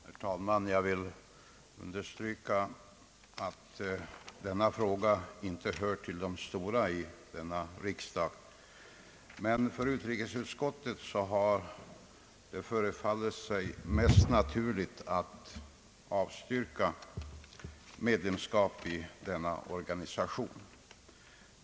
Herr talman! Jag vill understryka att den här frågan inte hör till de stora vid denna riksdag. Det har förefallit utrikesutskottet mest naturligt att avstyrka medlemskap i den na organisation.